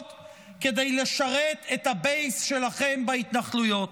כדי לשרת את הבייס שלכם בהתנחלויות.